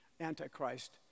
Antichrist